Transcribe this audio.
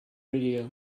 radio